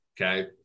Okay